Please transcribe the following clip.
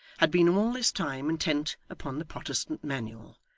had been all this time intent upon the protestant manual,